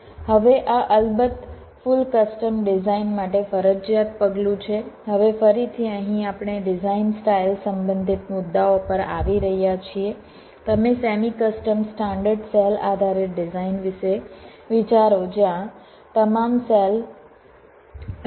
હવે આ અલબત્ત ફુલ કસ્ટમ ડિઝાઇન માટે ફરજિયાત પગલું છે હવે ફરીથી અહીં આપણે ડિઝાઇન સ્ટાઇલ સંબંધિત મુદ્દાઓ પર આવી રહ્યા છીએ તમે સેમી કસ્ટમ સ્ટાન્ડર્ડ સેલ આધારિત ડિઝાઇન વિશે વિચારો જ્યાં તમામ સેલ રો માં મૂકવામાં આવે છે